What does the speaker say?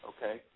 Okay